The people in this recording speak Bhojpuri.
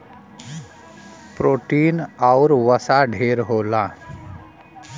प्रोटीन आउर वसा ढेर होला